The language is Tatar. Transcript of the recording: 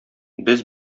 без